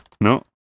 No